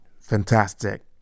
Fantastic